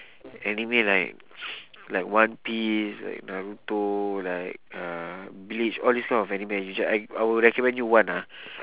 anime like like one piece like naruto like uh bleach all these kind of anime which I I will recommend you one ah